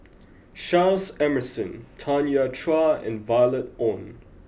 Charles Emmerson Tanya Chua and Violet Oon